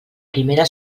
primera